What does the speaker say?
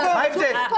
מה ההבדל?